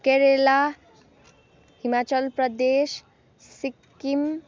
Kerala Himachal Pradesh Sikkim